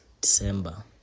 December